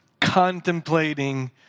contemplating